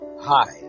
Hi